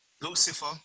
Lucifer